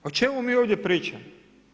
O čemu mi ovdje pričamo?